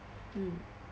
mm